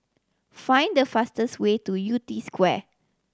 find the fastest way to Yew Tee Square